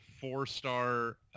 four-star